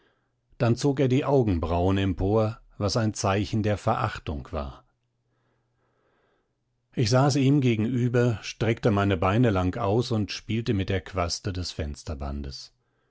dann zog er die augenbrauen empor was ein zeichen der verachtung war ich saß ihm gegenüber streckte meine beine lang aus und spielte mit der quaste des fensterbandes